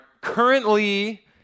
currently